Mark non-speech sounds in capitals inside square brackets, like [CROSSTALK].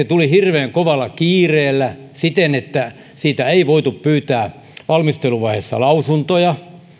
[UNINTELLIGIBLE] tuli hirveän kovalla kiireellä siten että siitä ei voitu pyytää valmisteluvaiheessa lausuntoja